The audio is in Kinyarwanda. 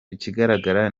ikigaragara